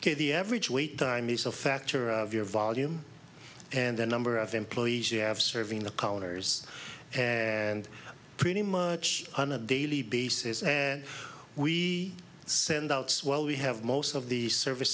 ok the average wait time is a factor of your volume and the number of employees you have serving the counters and pretty much on a daily basis and we send out swell we have most of the service